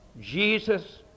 Jesus